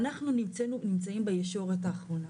אנחנו נמצאים בישורת האחרונה,